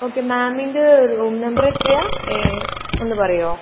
okay മാമിൻ്റ room number എത്രയാണ് എ ഒന്ന് പറയാമോ